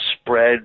spread